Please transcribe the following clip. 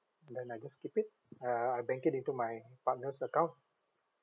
then I just keep it uh I bank it into my partner's account